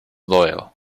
loyal